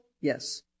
yes